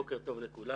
שלום לכולם.